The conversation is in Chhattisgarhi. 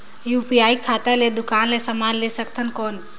यू.पी.आई खाता ले दुकान ले समान ले सकथन कौन?